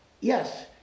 yes